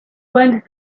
went